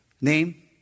name